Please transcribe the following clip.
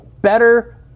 better